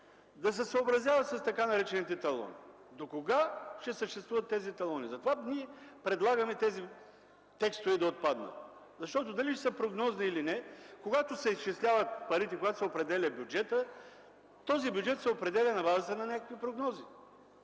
да се съобразяват с така наречените талони? Докога ще съществуват тези талони? Затова ние предлагаме тези текстове да отпаднат. Защото, дали ще са прогнозни или не, когато се изчисляват парите, когато се определя бюджетът, този бюджет се определя на базата на някакви прогнози